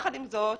עם זאת,